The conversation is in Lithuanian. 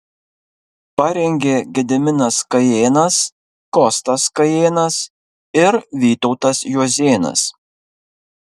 parengė gediminas kajėnas kostas kajėnas ir vytautas juozėnas